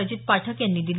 अजित पाठक यांनी दिली